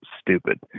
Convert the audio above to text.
stupid